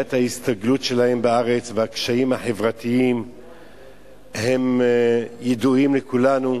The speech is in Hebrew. בעיית ההסתגלות שלהם בארץ והקשיים חברתיים ידועים לכולנו.